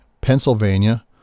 Pennsylvania